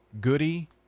Goody